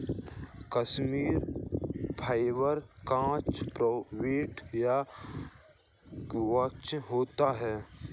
Kashmiri fibre, कच्चा, processed या virgin होता है